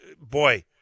boy